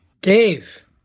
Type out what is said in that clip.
Dave